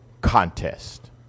contest